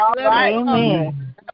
Amen